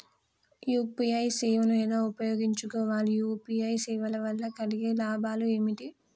UPI సేవను ఎలా ఉపయోగించు కోవాలి? యూ.పీ.ఐ సేవల వల్ల కలిగే లాభాలు ఏమిటి?